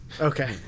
Okay